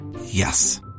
Yes